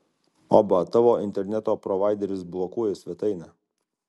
oba tavo interneto provaideris blokuoja svetainę